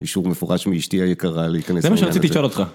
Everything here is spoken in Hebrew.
אישור מפורש מאשתי היקרה להיכנס למען הזה. זה מה שאני רציתי לשאול אותך.